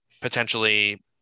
potentially